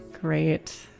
Great